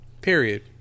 period